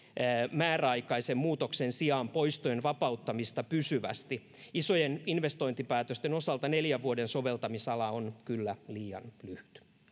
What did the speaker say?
määräaikaisen muutoksen sijaan poistojen vapauttamista pysyvästi isojen investointipäätösten osalta neljän vuoden soveltamisala on kyllä liian lyhyt